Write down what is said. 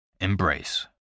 Embrace